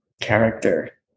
character